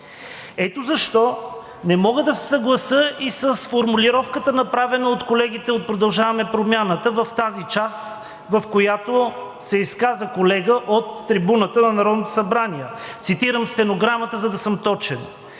Ето защо не мога да се съглася и с формулировката, направена от колегите от „Продължаваме Промяната“ в тази част, в която се изказа колега от трибуната на Народното събрание. Цитирам стенограмата, за да съм точен: